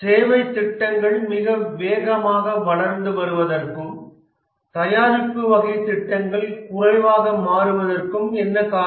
சேவை திட்டங்கள் மிக வேகமாக வளர்ந்து வருவதற்கும் தயாரிப்பு வகை திட்டங்கள் குறைவாக மாறுவதற்கும் என்ன காரணம்